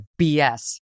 BS